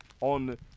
on